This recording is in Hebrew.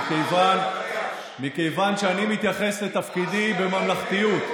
מכיוון שאני מתייחס לתפקידי בממלכתיות,